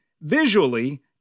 visually